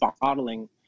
bottling